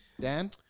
Dan